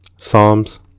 Psalms